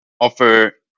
offer